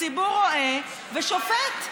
הציבור רואה ושופט.